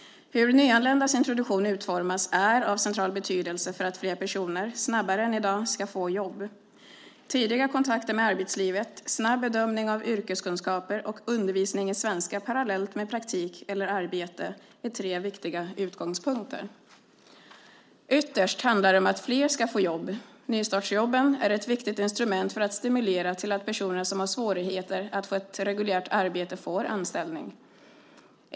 Hur nyanländas introduktion utformas är av central betydelse för att flera personer, snabbare än i dag, ska få jobb. Tidiga kontakter med arbetslivet, snabb bedömning av yrkeskunskaper och undervisning i svenska parallellt med praktik eller arbete är tre viktiga utgångspunkter. Ytterst handlar det om att flera ska få jobb. Nystartsjobben är ett viktigt instrument för att stimulera till att personer som har svårigheter att få ett reguljärt arbete får anställning.